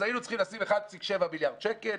היינו צריכים לשים 1.7 מיליארד שקל,